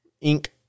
ink